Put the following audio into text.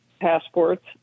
passports